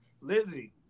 Lizzie